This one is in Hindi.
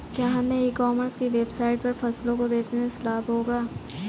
क्या हमें ई कॉमर्स की वेबसाइट पर फसलों को बेचने से लाभ होगा?